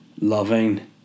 Loving